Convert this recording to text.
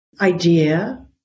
idea